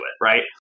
right